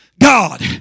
God